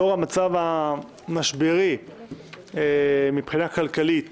לאור המצב המשברי מבחינה כלכלית